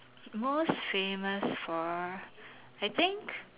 most famous for I think